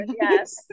Yes